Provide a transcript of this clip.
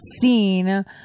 seen